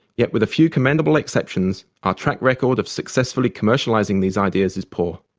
yet with a few commendable exceptions, our track record of successfully commercializing these ideas is poor.